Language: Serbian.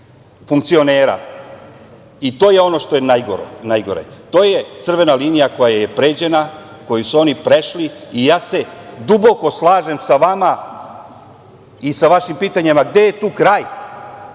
I to je ono što je najgore. To je crvena linija koja je pređena, koju su oni prešli. Duboko se slažem sa vama i sa vašim pitanjima gde je tu kraj,